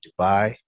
Dubai